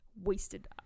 Wasted